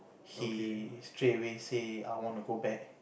he straightaway say I want to go back